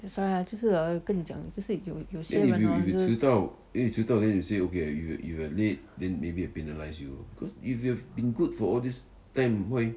that's why ah 就是啊跟你讲就就是有些人 orh